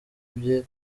bye